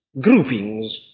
groupings